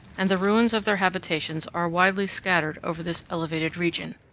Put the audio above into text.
and the ruins of their habitations are widely scattered over this elevated region.